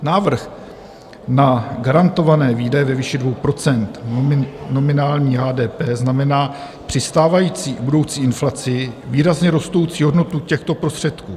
Návrh na garantované výdaje ve výši 2 % nominálního HDP znamená při stávající i budoucí inflaci výrazně rostoucí hodnotu těchto prostředků.